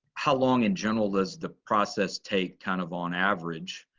how long, in general, does the process take kind of on average?